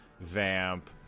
vamp